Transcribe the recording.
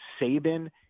Saban